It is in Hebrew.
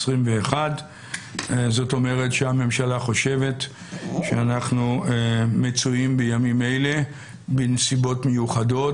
זאת אומרת שהממשלה חושבת שאנחנו מצויים בימים אלה בנסיבות מיוחדות,